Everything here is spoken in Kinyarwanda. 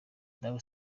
dawe